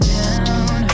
down